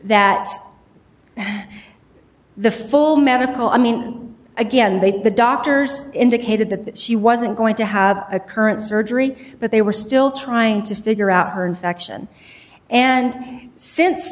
that the full medical i mean again they the doctors indicated that she wasn't going to have a current surgery but they were still trying to figure out her infection and since